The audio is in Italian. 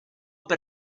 per